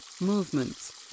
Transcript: movements